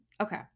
okay